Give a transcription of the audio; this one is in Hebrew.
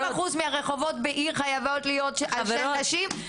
אחוזים מהרחובות בעיר חייבים להיות על שם נשים,